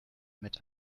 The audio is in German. mit